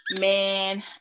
Man